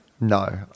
No